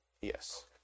Yes